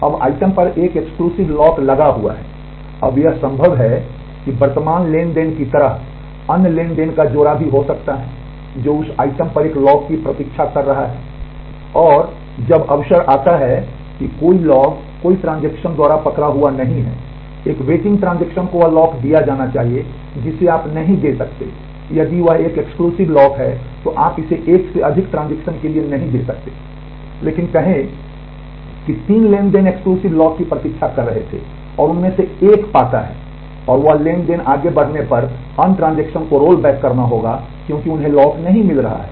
अब आइटम पर एक एक्सक्लूसिव लॉक लगा हुआ है अब यह संभव है कि वर्तमान ट्रांज़ैक्शन की तरह अन्य ट्रांज़ैक्शन का जोड़ा भी हो सकते हैं जो उस आइटम पर एक लॉक की प्रतीक्षा कर रहे हैं और जब अवसर आता है कि कोई लॉग कोई ट्रांजेक्शन को रोलबैक करना होगा क्योंकि उन्हें लॉक नहीं मिल रहा है